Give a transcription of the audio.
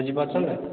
ବୁଝି ପାରୁଛନ୍ତି ନା